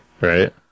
Right